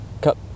Cut